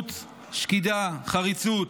שבאמצעות שקידה, חריצות,